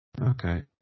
Okay